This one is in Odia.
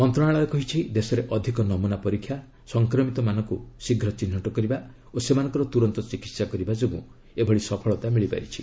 ମନ୍ତ୍ରଣାଳୟ କହିଛି ଦେଶରେ ଅଧିକ ନମୁନା ପରୀକ୍ଷା ସଫକ୍ରମିତମାନଙ୍କୁ ଶୀଘ୍ର ଚିହ୍ନୁଟ କରିବା ଓ ସେମାନଙ୍କର ତୁରନ୍ତ ଚିକିତ୍ସା କରିବା ଯୋଗୁଁ ଏହି ସଫଳତା ମିଳିଛି